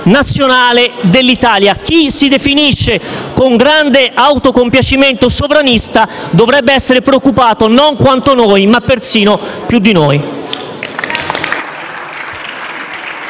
nazionale dell'Italia: chi si definisce con grande autocompiacimento sovranista dovrebbe essere preoccupato, non quanto noi, ma persino più di noi.